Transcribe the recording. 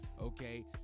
okay